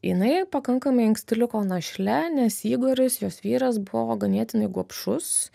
jinai pakankamai anksti liko našle nes igoris jos vyras buvo ganėtinai gobšus